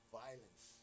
violence